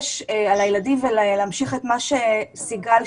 דגש על הילדים ולהמשיך את דברי סיגל שפיץ.